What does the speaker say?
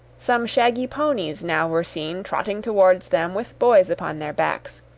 some shaggy ponies now were seen trotting towards them with boys upon their backs,